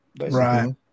right